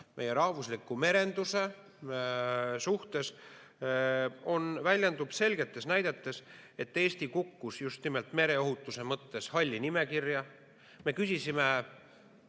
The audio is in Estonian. meie rahvusliku merenduse suhtes väljendub selgetes näidetes. Eesti kukkus just nimelt mereohutuse mõttes halli nimekirja. Me küsisime